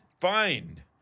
find